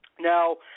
Now